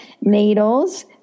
needles